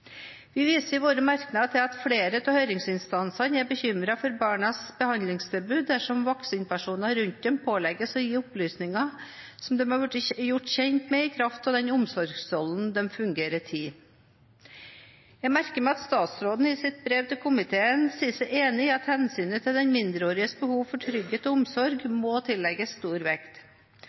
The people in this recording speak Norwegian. Vi viser i våre merknader til at flere av høringsinstansene er bekymret for barnas behandlingstilbud dersom voksenpersoner rundt dem pålegges å gi opplysninger som de har blitt gjort kjent med i kraft av den omsorgsrollen de fungerer i. Jeg merker meg at statsråden i sitt brev til komiteen sier seg enig i at hensynet til den mindreåriges behov for trygghet og omsorg må tillegges stor vekt,